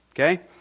Okay